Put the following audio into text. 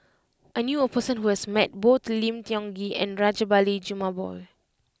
I knew a person who has met both Lim Tiong Ghee and Rajabali Jumabhoy